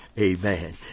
Amen